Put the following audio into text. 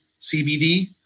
CBD